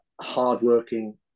hardworking